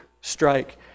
strike